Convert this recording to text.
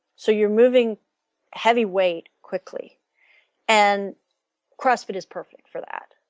so you're moving heavyweight quickly and crossfit is perfect for that.